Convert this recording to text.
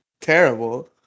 terrible